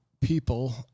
people